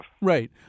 right